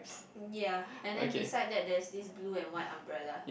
ya and then beside that there's this blue and white umbrella